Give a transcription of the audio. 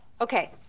Okay